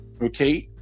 okay